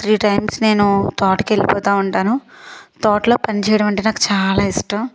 three times నేను తోటకి వెళ్లిపోతూ ఉంటాను తోటలో పని చేయడం అంటే నాకు చాలా ఇష్టం